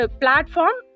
platform